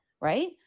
Right